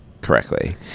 correctly